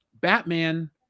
Batman